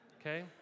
okay